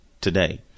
today